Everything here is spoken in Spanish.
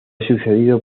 sucedido